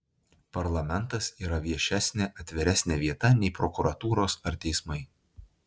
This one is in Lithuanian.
parlamentas yra viešesnė atviresnė vieta nei prokuratūros ar teismai